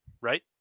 right